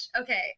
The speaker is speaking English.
Okay